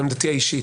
זו עמדתי האישית.